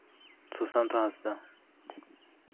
ᱥᱩᱥᱟᱱᱛᱚ ᱦᱟᱸᱥᱫᱟ